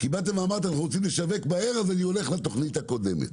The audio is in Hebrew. כי באתם ואמרתם 'אנחנו רוצים לשווק מהר אז אני הולך על התכנית הקודמת'.